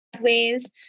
ways